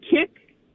kick